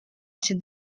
się